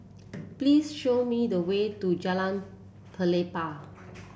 please show me the way to Jalan Pelepah